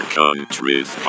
countries